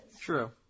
True